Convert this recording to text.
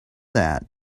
that